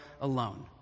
alone